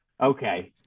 Okay